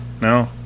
No